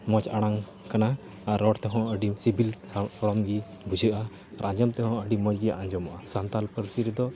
ᱢᱚᱡᱽ ᱟᱲᱟᱝ ᱠᱟᱱᱟ ᱟᱨ ᱨᱚᱲᱛᱮᱦᱚᱸ ᱟᱹᱰᱤ ᱥᱤᱵᱤᱞ ᱥᱚᱲᱚᱢᱜᱮ ᱵᱩᱡᱷᱟᱹᱜᱼᱟ ᱟᱨ ᱟᱸᱡᱚᱢᱛᱮ ᱦᱚᱸ ᱟᱹᱰᱤ ᱢᱚᱡᱽᱜᱮ ᱟᱸᱡᱚᱢᱚᱜᱼᱟ ᱥᱟᱱᱛᱟᱲ ᱯᱟᱹᱨᱥᱤ ᱨᱮᱫᱚ